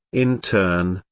in turn,